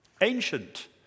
Ancient